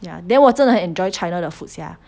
ya then 我真的很 enjoy china 的 food sia